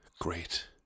great